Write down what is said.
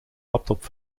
laptop